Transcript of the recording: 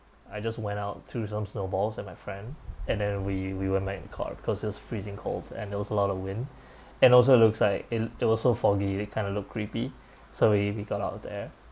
I just went out threw some snowballs at my friend and then we we went back in the car because it was freezing cold and there was a lot of wind and also looks like it'll they was so foggy they kind of look creepy so we we got out of there